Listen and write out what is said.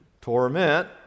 torment